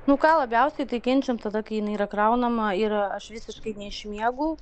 nu ką labiausiai tai kenčiam tada kai jinai yra kraunama ir aš visiškai neišmiegu